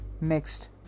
next